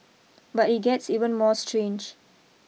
but it gets even more strange